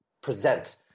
present –